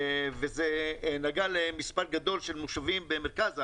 וזה נגע למספר גדול של מושבים במרכז הארץ,